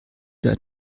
der